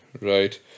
Right